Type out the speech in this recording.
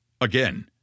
again